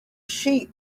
sheep